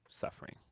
suffering